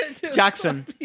Jackson